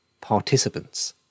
participants